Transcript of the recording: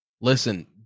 Listen